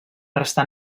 restar